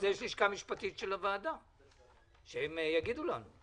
יש לשכה משפטית של הוועדה והם יאמרו לנו.